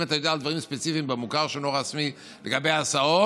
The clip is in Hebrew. אם אתה יודע על דברים ספציפיים במוכר שאינו רשמי לגבי ההסעות